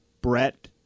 Brett